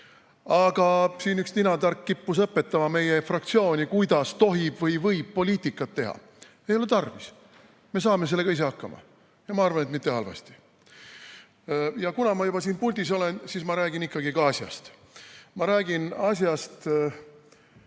Aga siin üks ninatark kippus õpetama meie fraktsiooni, kuidas tohib või võib poliitikat teha. Ei ole tarvis! Me saame sellega ise hakkama ja ma arvan, et mitte halvasti. Ja kuna ma juba siin puldis olen, siis ma räägin ikkagi ka asjast. Ma räägin asjast